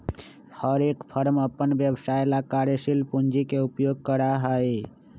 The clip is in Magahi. हर एक फर्म अपन व्यवसाय ला कार्यशील पूंजी के उपयोग करा हई